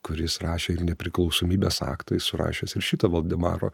kuris rašė ir nepriklausomybės aktą jis surašęs ir šitą valdemaro